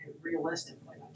realistically